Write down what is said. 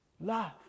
Love